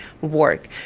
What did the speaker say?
work